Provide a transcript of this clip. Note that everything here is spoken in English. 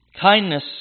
Kindness